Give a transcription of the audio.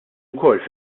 wkoll